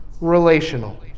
relational